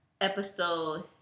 episode